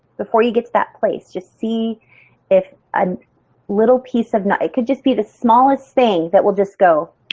before you get to that place. just see if a little piece of note, it could just be the smallest thing that will just go